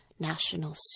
National